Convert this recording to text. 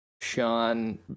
Sean